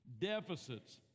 deficits